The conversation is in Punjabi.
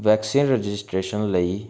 ਵੈਕਸੀਨ ਰਜਿਸਟ੍ਰੇਸ਼ਨ ਲਈ